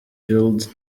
fields